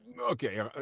okay